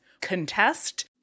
contest